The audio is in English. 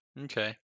Okay